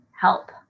help